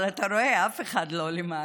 אבל אתה רואה, אף אחד לא למעלה.